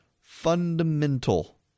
fundamental